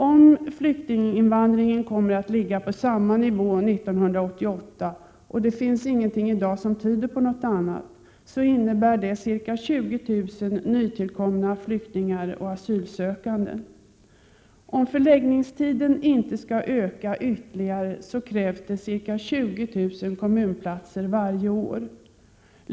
Om flyktinginvandringen kommer att ligga på samma nivå 1988 — och det finnsinget idag som tyder på något annat —- innebär det ca 20 000 nytillkomna flyktingar och asylsökande. Om förläggningstiden inte skall öka ytterligare krävs ca 20 000 kommunplatser varje år.